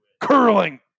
Curling